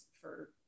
for-